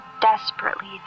desperately